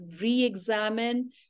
re-examine